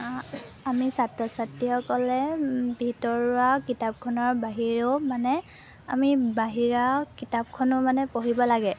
আমি ছাত্ৰ ছাত্ৰীসকলে ভিতৰুৱা কিতাপখনৰ বাহিৰেও মানে আমি বাহিৰা কিতাপখনো মানে পঢ়িব লাগে